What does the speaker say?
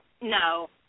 no